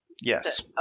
Yes